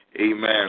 Amen